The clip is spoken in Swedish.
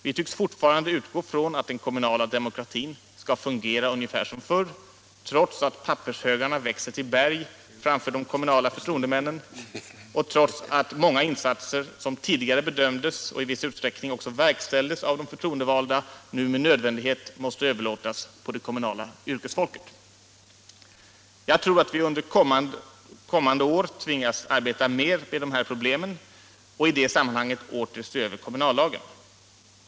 Vi tycks fortfarande utgå från att den kommunala demokratin skall fungera ungefär som förr, trots att pappershögarna växer till berg framför de kommunala förtroendemännen och trots att många insatser som tidigare bedömdes och i viss utsträckning också verkställdes av de förtroendevalda nu med nödvändighet måste överlåtas på det kommunala yrkesfolket. Jag tror att vi under de kommande åren nödgas arbeta mer med de här problemen och i det sammanhanget åter se över kommunallagen.